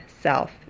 self